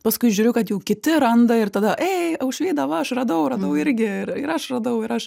paskui žiūriu kad jau kiti randa ir tada ei aušvyda va aš radau radau irgi ir aš radau ir aš